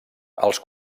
els